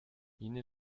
jene